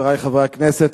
חברי חברי הכנסת,